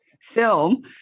film